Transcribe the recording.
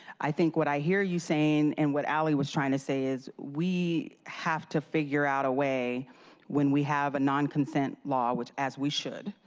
i think what i hear you saying and what ali is trying to say is we have to figure out a way when we have a non-consent law, which as we should,